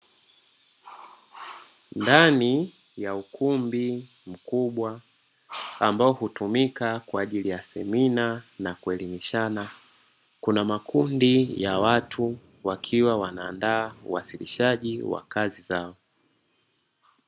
Ndani ya ukumbi mkubwa ambao hutumika kwa ajili ya semina na kueliminishana, kuna makundi ya watu wakiwa wanaandaa uwasilishaji wa kazi zao.